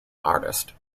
artist